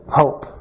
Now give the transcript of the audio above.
hope